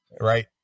Right